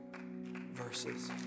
verses